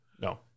No